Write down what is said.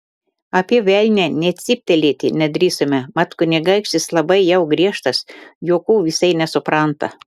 apie velnią nė cyptelėti nedrįsome mat kunigaikštis labai jau griežtas juokų visai nesupranta